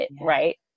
right